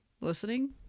listening